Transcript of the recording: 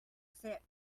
set